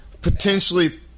potentially